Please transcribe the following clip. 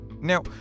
Now